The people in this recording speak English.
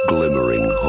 Glimmering